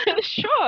sure